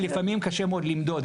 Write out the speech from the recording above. שלפעמים קשה מאוד למדוד.